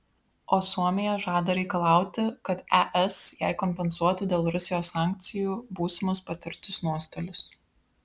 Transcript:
o suomija žada reikalauti kad es jai kompensuotų dėl rusijos sankcijų būsimus patirtus nuostolius